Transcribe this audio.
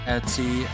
Etsy